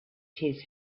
his